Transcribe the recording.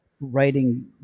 writing